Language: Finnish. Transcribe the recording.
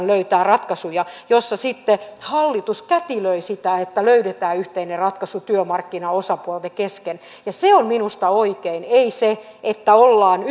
löytää ratkaisuja joissa sitten hallitus kätilöi sitä että löydetään yhteinen ratkaisu työmarkkinaosapuolten kesken ja se on minusta oikein ei se että ollaan